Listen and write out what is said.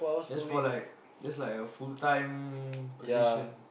that's for like that's like a full time position